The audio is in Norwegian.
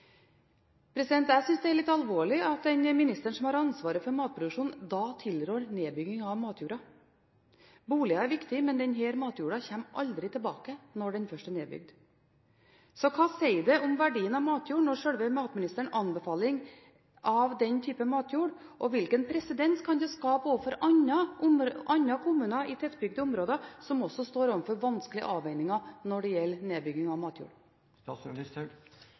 Jeg synes det er litt alvorlig at den ministeren som har ansvaret for matproduksjon, tilrår nedbygging av matjorda. Boliger er viktig, men denne matjorda kommer aldri tilbake når den først er nedbygd. Hva sier det om verdien av matjord med selve matministerens anbefaling når det gjelder denne typen matjord, og hvilken presedens kan det skape overfor andre kommuner i tettbygde områder som også står overfor vanskelige avveininger når det gjelder nedbygging av